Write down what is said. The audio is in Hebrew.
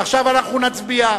עכשיו אנחנו נצביע.